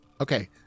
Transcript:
okay